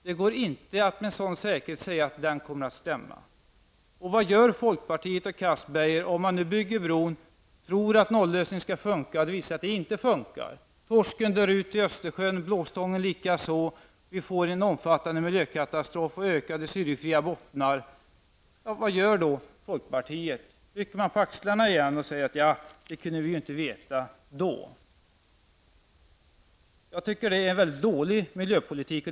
Det går inte att med någon större säkerhet säga att den kommer att överensstämma med verkligheten. Vad gör Anders Castberger och ni andra i folkpartiet om bron byggs, i tron att detta med en nollösning skall fungera, och det senare visar sig vara en omöjlighet? Vad gör man om torsken och blåstången i Östersjön dör ut och det blir en omfattande miljökatastrof och ännu större syrefria bottenytor? Rycker man på axlarna igen och säger att man inte kunde veta det tidigare? Jag tycker att det som kommer till uttryck här är mycket dålig miljöpolitik.